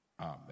Amen